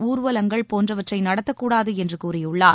ஊர்வலங்கள் போன்றவற்றை நடத்தக் கூடாது என்று கூறியுள்ளார்